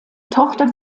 tochter